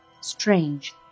strange